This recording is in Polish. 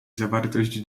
zawartość